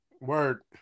Word